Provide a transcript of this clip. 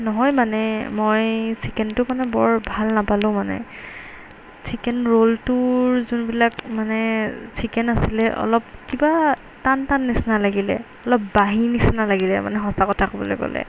নহয় মানে মই চিকেনটো মানে বৰ ভাল নাপালোঁ মানে চিকেন ৰোলটোৰ যোনবিলাক মানে চিকেন আছিলে অলপ কিবা টান টান নিচিনা লাগিলে অলপ বাঢ়ি নিচিনা লাগিলে মানে সঁচা কথা ক'বলৈ গ'লে